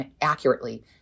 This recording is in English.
accurately